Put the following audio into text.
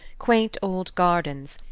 quaint old gardens,